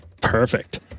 perfect